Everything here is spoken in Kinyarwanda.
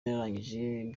yararangije